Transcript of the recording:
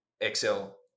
Excel